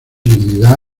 dignidad